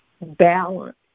balance